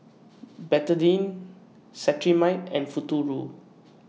Betadine Cetrimide and Futuro